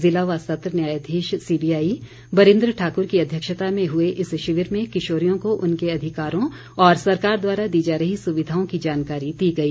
जिला व सत्र न्यायाधीश सीबीआई बरिन्द्र ठाक्र की अध्यक्षता में हुए इस शिविर में किशोरियों को उनके अधिकारों और सरकार द्वारा दी जा रही सुविधाओं की जानकारी दी गई